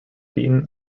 beaten